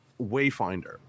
Wayfinder